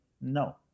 no